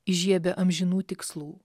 įžiebia amžinų tikslų